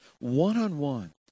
one-on-one